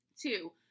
Two